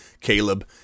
Caleb